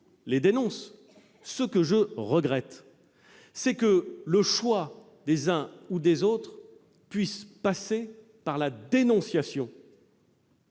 les dénoncent ; ce que je regrette, c'est que le choix des uns puisse passer par la dénonciation